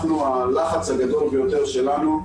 הלחץ הגדול ביותר שלנו,